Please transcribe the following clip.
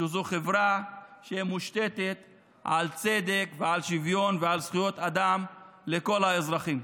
שזו חברה המושתתת על צדק ועל שוויון ועל זכויות אדם לכל האזרחים.